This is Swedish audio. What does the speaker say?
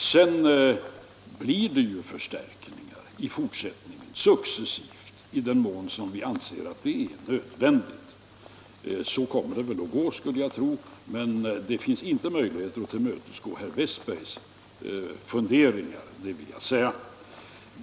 Jag skulle tro att det också i fortsättningen kommer att bli successiva förstärkningar i den mån som vi anser sådana nödvändiga. Jag vill dock säga att det inte finns någon möjlighet att tillmötesgå herr Westbergs funderingar.